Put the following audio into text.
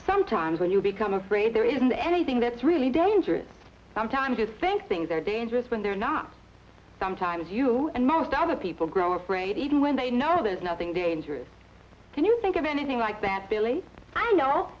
sometimes when you become afraid there isn't anything that's really dangerous sometimes you think things are dangerous when they're not sometimes you and most other people grow afraid even when they know there's nothing dangerous can you think of anything like that billy